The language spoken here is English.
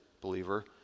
believer